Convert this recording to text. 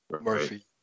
Murphy